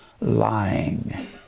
lying